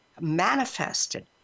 manifested